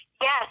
Yes